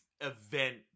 event